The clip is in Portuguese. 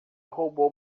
roubou